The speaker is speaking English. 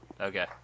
Okay